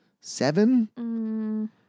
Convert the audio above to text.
seven